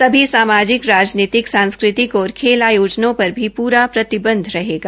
सभी सामाजिक राजनीतिक सांस्कृतिक और खेल आयोजनों पर भी पूरा प्रतिबंध रहेगा